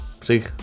see